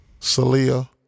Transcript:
Salia